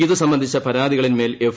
ഇതു സംബന്ധിച്ച പരാതികളിന്മേൽ എഫ്